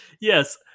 Yes